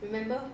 remember